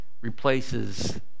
replaces